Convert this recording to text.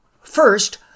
First